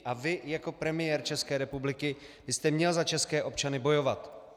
A vy, jako premiér České republiky byste měl za české občany bojovat.